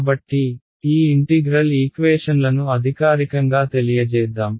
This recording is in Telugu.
కాబట్టి ఈ ఇంటిగ్రల్ ఈక్వేషన్లను అధికారికంగా తెలియజేద్దాం